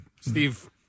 Steve